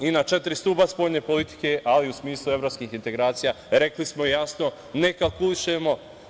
I na četiri stuba spoljne politike, ali u smislu evropskih integracija rekli smo jasno – ne kalkulišemo.